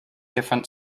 different